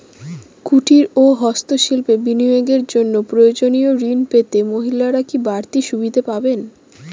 কুটীর ও হস্ত শিল্পে বিনিয়োগের জন্য প্রয়োজনীয় ঋণ পেতে মহিলারা কি বাড়তি সুবিধে পাবেন?